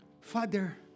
Father